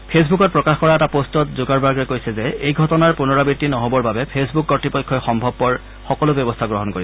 ফেচবুকত প্ৰকাশ কৰা এটা পোষ্টত জুকাৰবাৰ্গে কৈছে যে এনে ঘটনাৰ পুনৰাবৃত্তি নহ'বৰ বাবে ফেচবুক কৰ্ত্তপক্ষই সম্ভৱপৰ সকলো ব্যৱস্থা গ্ৰহণ কৰিব